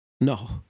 no